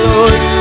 Lord